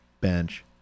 bench